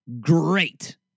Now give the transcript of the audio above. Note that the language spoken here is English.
great